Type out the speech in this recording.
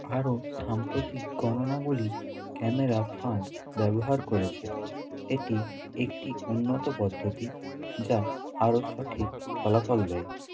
আরও সাম্প্রতিক গণনাগুলি ক্যামেরা ফাঁদ ব্যবহার করেছে এটি একটি উন্নত পদ্ধতি যা আরও সঠিক ফলাফল দেয়